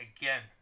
again